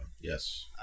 yes